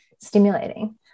stimulating